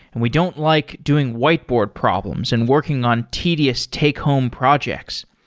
and we don't like doing whiteboard problems and working on tedious take home projects.